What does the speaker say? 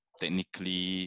technically